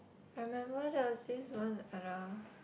I remember there was this one other